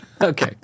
Okay